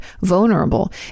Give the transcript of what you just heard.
vulnerable